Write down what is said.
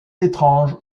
étrange